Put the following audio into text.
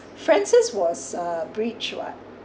francis was a breach [what]